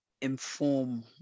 inform